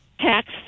tax